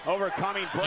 Overcoming